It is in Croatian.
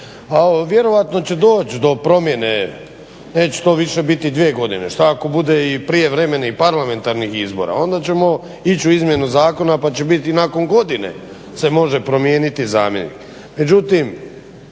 A vjerojatno će doći do promjene, neće to više biti dvije godine, šta ako bude i prijevremenih parlamentarnih izbora, onda ćemo ići u izmjenu zakona pa će bit nakon godine se može primijeniti zakon.